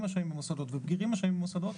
השוהים במוסדות ובגירים השוהים במוסדות,